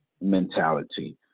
mentality